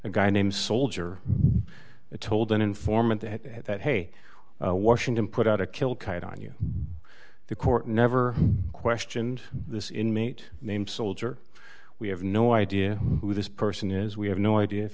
a guy named soldier told an informant that hey washington put out a kill coyote on you the court never questioned this inmate named soldier we have no idea who this person is we have no idea if